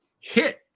hit